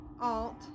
alt